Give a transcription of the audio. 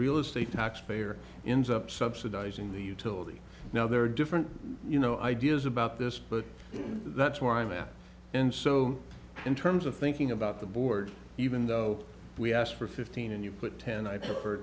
real estate tax payer ins up subsidizing the utility now there are different you know ideas about this but that's where i'm at and so in terms of thinking about the even though we asked for fifteen and you put ten i prefer